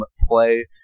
play